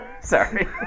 Sorry